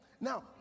Now